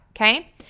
okay